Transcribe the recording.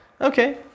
Okay